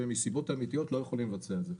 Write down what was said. שמסיבות אמיתיות לא יכולים לבצע את זה: